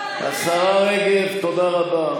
השרה רגב, תודה רבה.